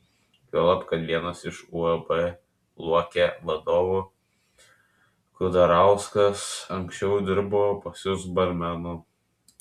juolab kad vienas iš uab luokė vadovų kudarauskas anksčiau dirbo pas jus barmenu